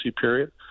period